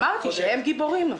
אמרתי שהם גיבורים.